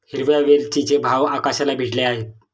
हिरव्या वेलचीचे भाव आकाशाला भिडले आहेत